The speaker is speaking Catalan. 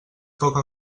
poca